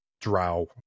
drow